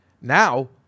Now